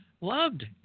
Loved